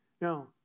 Now